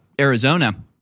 arizona